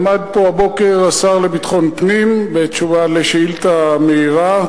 עמד פה הבוקר השר לביטחון פנים והשיב על שאילתא מהירה,